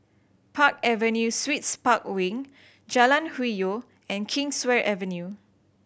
Park Avenue Suites Park Wing Jalan Hwi Yoh and Kingswear Avenue